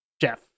jeff